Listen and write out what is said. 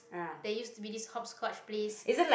that used to be this hopscotch place